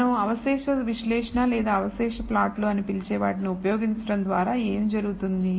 మనం అవశేష విశ్లేషణ లేదా అవశేష ప్లాట్లు అని పిలిచే వాటిని ఉపయోగించడం ద్వారా ఏమి జరుగుతుంది